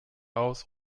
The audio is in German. aus